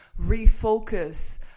refocus